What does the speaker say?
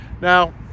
Now